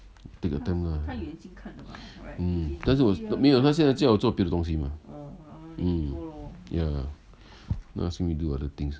take your time ah mm 但是我没有他现在叫我做别的东西嘛 mm ya he ask me do other things